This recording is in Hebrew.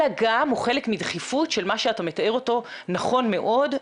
אלא הוא גם חלק מדחיפות של מה שאתה מתאר אותו נכון מאוד,